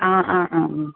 ആ ആ ആ